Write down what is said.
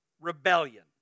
rebellion